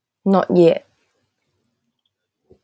not yet